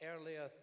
earlier